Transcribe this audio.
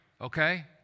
Okay